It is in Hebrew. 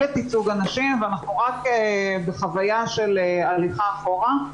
את ייצוג הנשים ואנחנו רק בחוויה של הליכה אחורה.